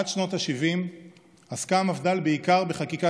עד שנות השבעים עסקה המפד"ל בעיקר בחקיקה